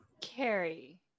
Carrie